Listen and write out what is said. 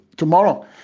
Tomorrow